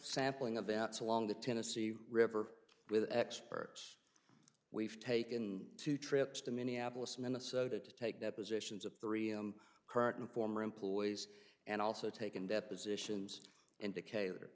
sampling of events along the tennessee river with experts we've taken two trips to minneapolis minnesota to take depositions of three m current and former employees and also taken depositions indicator